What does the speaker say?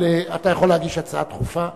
אבל אתה יכול להגיש הצעה דחופה,